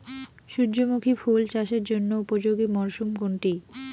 সূর্যমুখী ফুল চাষের জন্য উপযোগী মরসুম কোনটি?